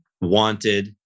wanted